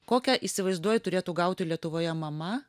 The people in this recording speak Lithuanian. kokią įsivaizduoju turėtų gauti lietuvoje mama